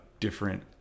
different